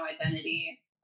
identity